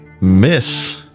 Miss